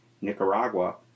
Nicaragua